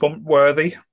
worthy